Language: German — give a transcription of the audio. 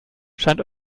scheint